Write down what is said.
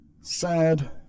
Sad